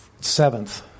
seventh